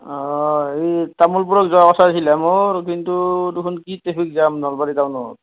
অঁ এই তামোলপুৰত যোৱা কথা কৈছিলা মোৰ কিন্তু দেখোন কি ট্ৰেফিক জাম নলবাৰী টাউনত